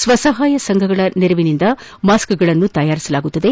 ಸ್ವಸಹಾಯ ಸಂಘಗಳ ನೆರವಿನಿಂದ ಮಾಸ್ಕ್ಗಳನ್ನು ತಯಾರಿಸಲಾಗುವುದು